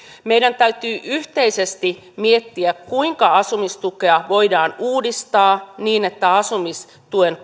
meidän täytyy yhteisesti miettiä kuinka asumistukea voidaan uudistaa niin että asumistuen